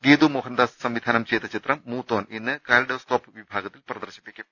ഗീതു മോഹൻദാസ് സംവിധാനം ചെയ്ത ചിത്രം മൂത്തോൻ ഇന്ന് കാലിഡോസ്കോപ്പ് വിഭാഗത്തിൽ പ്രദർശിപ്പിക്കും